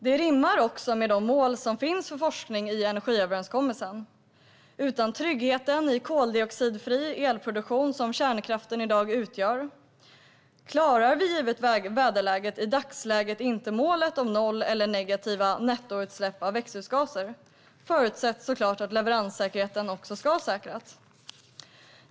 Det rimmar också med de mål som finns för forskning i energiöverenskommelsen. Utan tryggheten i koldioxidfri elproduktion, som kärnkraften i dag utgör, klarar vi, givet väderläget, i dagsläget inte målet om noll eller negativa nettoutsläpp av växthusgaser - förutsatt, såklart, att leveranssäkerheten ska värnas.